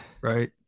Right